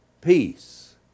Peace